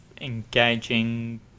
engaging